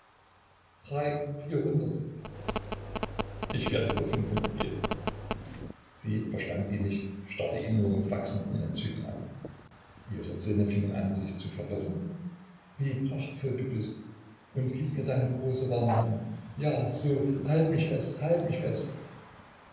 drei vierhundert ich werde dir fünfhundert geben sie verstand ihn nicht starrte ihn nur mit wachsendem entzücken an ihre sinne fingen sich an zu verwirren wie prachtvoll du bist und gib mir deine große warme hand ja so halt mich fest halt mich fest